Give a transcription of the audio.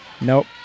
Nope